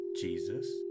Jesus